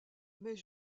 mais